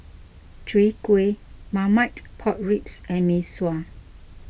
Chwee Kueh Marmite Pork Ribs and Mee Sua